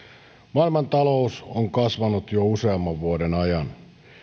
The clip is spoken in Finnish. maailmantalous on kasvanut jo useamman vuoden ajan